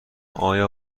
آیا